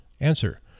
Answer